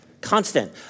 Constant